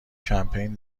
کمپین